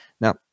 Now